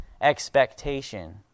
expectation